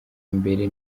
mbere